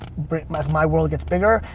my my world gets bigger.